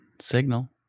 signal